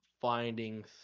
finding